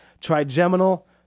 trigeminal